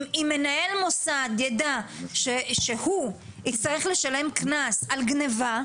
אם מנהל מוסד ידע שהוא יצטרך לשלם קנס על גניבה,